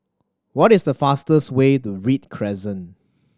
what is the fastest way to Read Crescent